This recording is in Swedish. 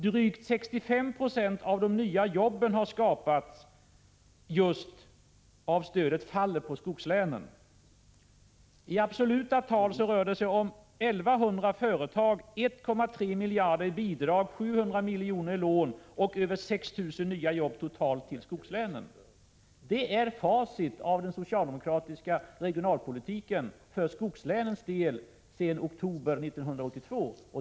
Drygt 65 96e av de nya jobben har skapats just med stödet i skogslänen. I absoluta tal rör det sig om 1 100 företag, 1,3 miljarder i bidrag, 700 miljoner i lån och över 6 000 nya jobb totalt i skogslänen. Detta är facit av den socialdemokratiska regionalpolitiken för skogslänens del sedan oktober 1982.